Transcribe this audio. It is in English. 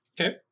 Okay